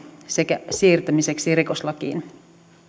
sekä siirtämistä rikoslakiin